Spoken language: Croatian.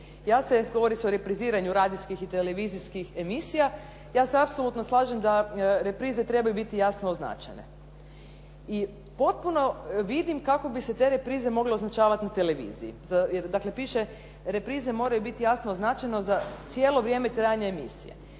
treći, govori se o repriziranju radijskih i televizijskih emisija. Ja se apsolutno slažem da reprize trebaju biti jasno označene. I potpuno vidim kako bi se te reprize mogle označavati na televiziji. Dakle, piše reprize moraju biti jasno označene za cijelo vrijeme trajanja emisije.